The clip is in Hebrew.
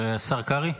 השר קרעי,